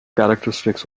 characteristics